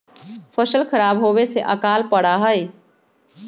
फसल खराब होवे से अकाल पडड़ा हई